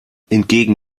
entgegen